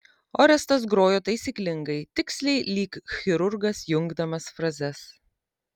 orestas grojo taisyklingai tiksliai lyg chirurgas jungdamas frazes